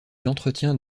l’entretien